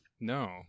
No